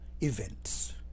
events